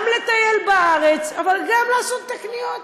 גם לטייל בארץ, אבל גם לעשות את הקניות.